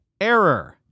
error